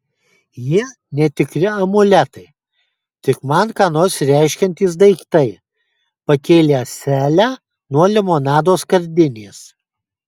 jie netikri amuletai tik man ką nors reiškiantys daiktai pakėlė ąselę nuo limonado skardinės